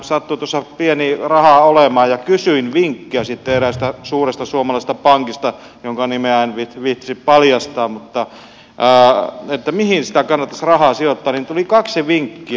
sattui tuossa pieni raha olemaan ja kun kysyin vinkkiä sitten eräästä suuresta suomalaisesta pankista jonka nimeä en viitsi paljastaa mihin sitä kannattaisi rahaa sijoittaa niin tuli kaksi vinkkiä